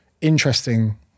interesting